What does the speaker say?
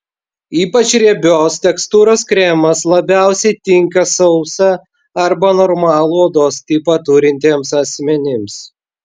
ypač riebios tekstūros kremas labiausiai tinka sausą arba normalų odos tipą turintiems asmenims